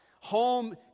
Home